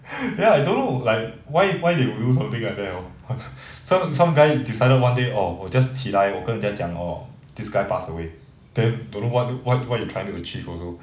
ya I don't know like why why they will do something like that loh some some guy decided one day orh 我 just 起来我跟人家讲 hor this guy pass away then don't know what you what what you trying to achieve also